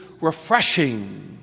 refreshing